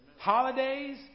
holidays